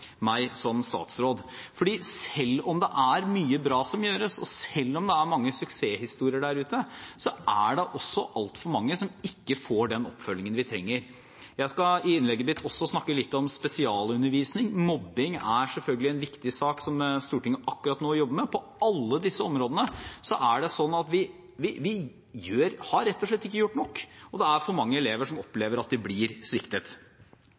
meg som statsråd. For selv om det er mye bra som gjøres, og selv om det er mange suksesshistorier der ute, er det også altfor mange som ikke får den oppfølgingen de trenger. Jeg skal i innlegget mitt også snakke litt om spesialundervisning. Mobbing er selvfølgelig en viktig sak som Stortinget akkurat nå jobber med. På alle disse områdene er det slik at vi rett og slett ikke har gjort nok, og det er for mange elever som opplever at de blir sviktet.